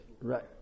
right